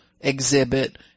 exhibit